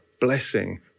blessing